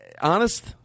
Honest